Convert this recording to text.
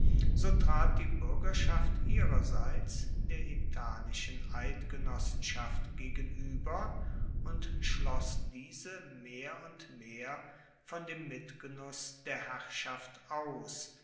so trat die buergerschaft ihrerseits der italischen eidgenossenschaft gegenueber und schloss diese mehr und mehr von dem mitgenuss der herrschaft aus